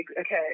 okay